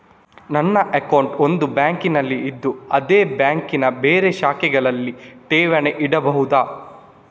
ನನ್ನ ಅಕೌಂಟ್ ಒಂದು ಬ್ಯಾಂಕಿನಲ್ಲಿ ಇದ್ದು ಅದೇ ಬ್ಯಾಂಕಿನ ಬೇರೆ ಶಾಖೆಗಳಲ್ಲಿ ಠೇವಣಿ ಇಡಬಹುದಾ?